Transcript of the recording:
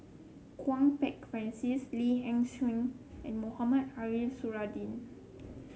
Kwok Peng Francis Li Nanxing and Mohamed Ariff Suradi